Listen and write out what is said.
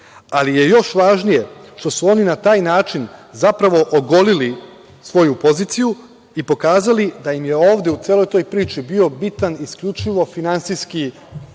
Ali je još važnije što su oni na taj način, zapravo ogolili svoju poziciju i pokazali da im je ovde u celoj toj priči bio bitan isključivo finansijski